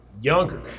younger